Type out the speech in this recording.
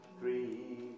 Three